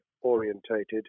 orientated